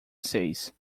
seis